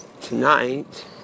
tonight